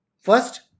first